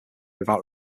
without